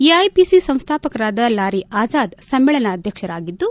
AIPC ಸಂಸ್ಟಾಪಕರಾದ ಲಾರಿ ಅಜಾದ್ ಸಮ್ನೇಳನಾಧ್ಯಕ್ಷರಾಗಿದ್ದು